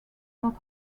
not